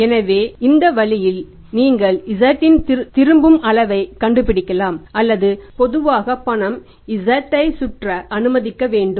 எனவே இந்த வழியில் நீங்கள் z இன் திரும்பும் அளவைக் கண்டுபிடிக்கலாம் அல்லது பொதுவாக பணம் z ஐச் சுற்ற அனுமதிக்க வேண்டும்